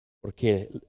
Porque